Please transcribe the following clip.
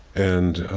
and